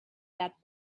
that